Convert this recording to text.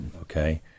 Okay